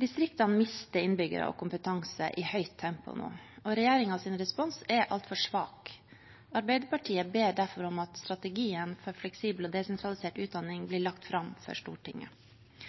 Distriktene mister innbyggere og kompetanse i høyt tempo nå, og regjeringens respons er altfor svak. Arbeiderpartiet ber derfor om at strategien for fleksibel og desentralisert utdanning blir lagt fram for Stortinget.